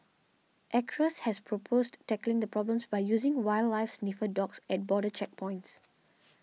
Acres has proposed tackling the problems by using wildlife sniffer dogs at border checkpoints